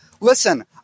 Listen